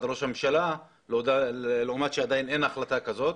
ראש הממשלה למרות שאין עדיין החלטה כזאת.